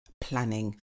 planning